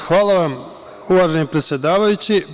Hvala vam, uvaženi predsedavajući.